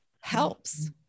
helps